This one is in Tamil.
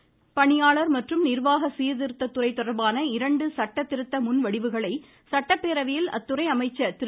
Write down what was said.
ஜெயக்குமார் பணியாளர் மற்றும் நிர்வாக சீர்திருத்தத்துறை தொடர்பான இரண்டு சட்ட திருத்த முன் வடிவுகளை சட்டப்பேரவையில் அத்துறை அமைச்சர் திரு